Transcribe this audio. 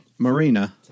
Marina